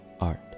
art